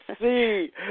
see